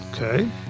Okay